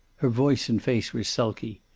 her voice and face were sulky.